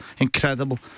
incredible